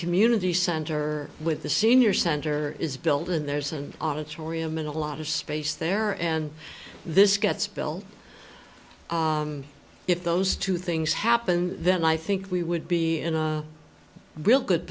community center with the senior center is built and there's an auditorium and a lot of space there and this gets bill if those two things happen then i think we would be in a real good